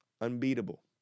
unbeatable